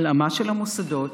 הלאמה של המוסדות,